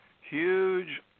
huge